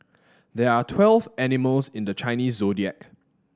there are twelve animals in the Chinese Zodiac